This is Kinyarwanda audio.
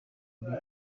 kuri